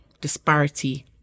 disparity